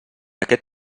aquest